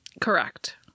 Correct